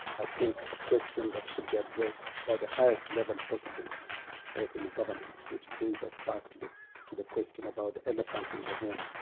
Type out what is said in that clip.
i think, a question that should be addressed by the highest level possible in the government, which brings us back to to the question about the elephant in the room,